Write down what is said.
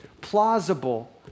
plausible